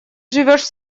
живешь